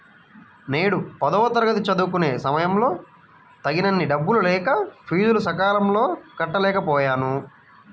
నేను పదవ తరగతి చదువుకునే సమయంలో తగినన్ని డబ్బులు లేక ఫీజులు సకాలంలో కట్టలేకపోయాను